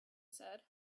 said